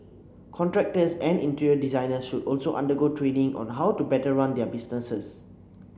contractors and interior designers should also undergo training on how to better run their businesses